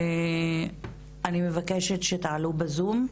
אני מבקשת שתעלו בזום.